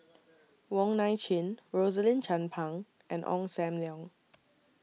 Wong Nai Chin Rosaline Chan Pang and Ong SAM Leong